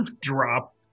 Drop